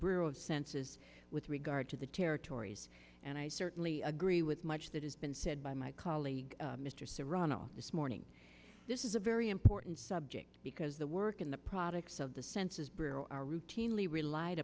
borough of senses with regard to the territories and i certainly agree with much that has been said by my colleague mr serrano this morning this is a very important subject because the work in the products of the census bureau are routinely relied